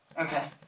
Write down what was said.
Okay